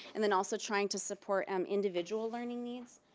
and then also trying to support um individual learning needs,